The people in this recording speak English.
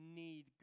need